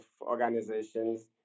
organizations